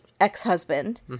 ex-husband